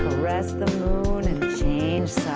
caress the moon, and change